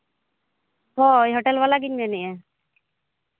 ᱦᱳᱭ ᱦᱳᱴᱮᱞ ᱵᱟᱞᱟᱜᱤᱧ ᱢᱮᱱᱮᱫᱼᱟ